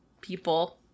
people